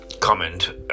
comment